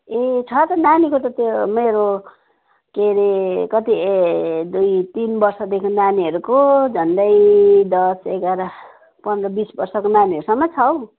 ए छ त नानीको त त्यो मेरो के हरे कति ए दुई तिन वर्षदेखि नानीहरूको झन्डै दस एघार पन्ध्र बिस वर्षको नानीहरूसम्मको छ हौ